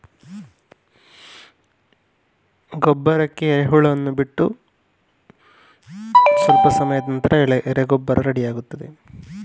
ಎರೆಹುಳು ಗೊಬ್ಬರವನ್ನು ಹೇಗೆ ಮಾಡಲಾಗುತ್ತದೆ ಮತ್ತು ಭತ್ತ ನಾಟಿ ಮಾಡುವ ವಿಧಾನ ಹೇಗೆ?